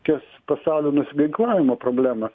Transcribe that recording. ties pasaulio nusiginklavimo problema